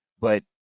But-